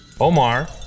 Omar